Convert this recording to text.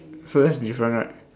so that's different right